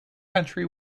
country